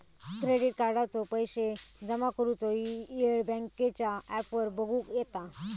credit कार्डाचो पैशे जमा करुचो येळ बँकेच्या ॲपवर बगुक येता